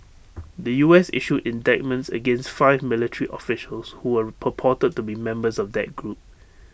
the U S issued indictments against five military officials who were purported to be members of that group